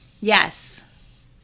yes